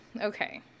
okay